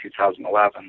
2011